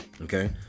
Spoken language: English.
okay